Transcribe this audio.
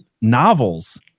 novels